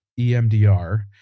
EMDR